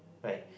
like